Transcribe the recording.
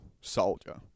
soldier